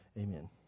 amen